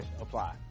apply